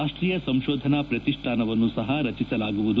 ರಾಷ್ಟೀಯ ಸಂಶೋಧನಾ ಪ್ರತಿಷ್ಠಾನವನ್ನು ಸಪ ರಚಿಸಲಾಗುವುದು